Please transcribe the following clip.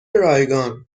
رایگان